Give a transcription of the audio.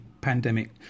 pandemic